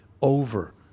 over